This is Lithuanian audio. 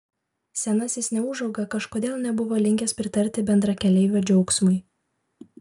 senasis neūžauga kažkodėl nebuvo linkęs pritarti bendrakeleivio džiaugsmui